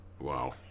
Wow